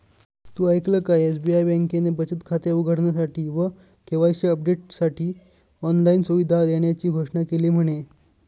तु ऐकल का? एस.बी.आई बँकेने बचत खाते उघडण्यासाठी व के.वाई.सी अपडेटसाठी ऑनलाइन सुविधा देण्याची घोषणा केली म्हने